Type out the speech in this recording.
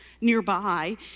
Nearby